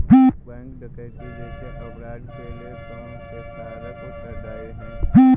Bank डकैती जैसे अपराध के लिए कौन से कारक उत्तरदाई हैं?